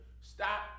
stop